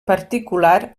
particular